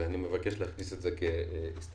ואני מבקש להכניס את זה כהסתייגות